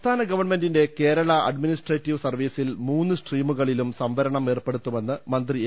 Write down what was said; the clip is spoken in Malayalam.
സംസ്ഥാനഗവൺമെന്റിന്റെ കേരള അഡ്മിനിസ്ട്രേറ്റീവ് സർവീ സിൽ മൂന്ന് സ്ട്രീമുകളിലും സംവരണം ഏർപ്പെടുത്തുമെന്ന് മന്ത്രി എ